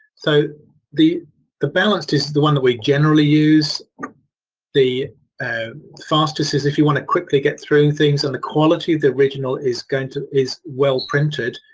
so the the balanced is the one that we generally use the and fastest is if you want to quickly get through things and the quality of the original is kind of is well printed,